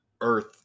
Earth